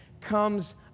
comes